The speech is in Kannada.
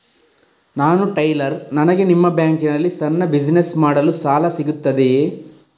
ನಾನು ಟೈಲರ್, ನನಗೆ ನಿಮ್ಮ ಬ್ಯಾಂಕ್ ನಲ್ಲಿ ಸಣ್ಣ ಬಿಸಿನೆಸ್ ಮಾಡಲು ಸಾಲ ಸಿಗುತ್ತದೆಯೇ?